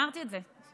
אמרתי את זה.